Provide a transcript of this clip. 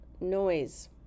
noise